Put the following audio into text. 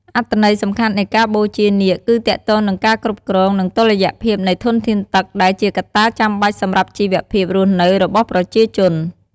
អត្ថន័យសំខាន់នៃការបូជានាគគឺទាក់ទងនឹងការគ្រប់គ្រង និងតុល្យភាពនៃធនធានទឹក ដែលជាកត្តាចាំបាច់សម្រាប់ជីវភាពរស់នៅរបស់ប្រជាជន។